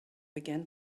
began